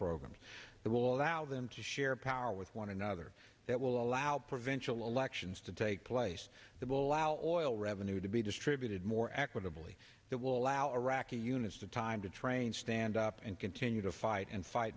programs that will allow them to share power with one another that will allow provincial elections to take place that will allow or oil revenue to be distributed more equitably that will allow iraqi units to time to train stand up and continue to and fight